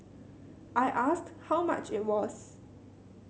I asked how much it was